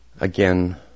Again